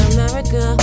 America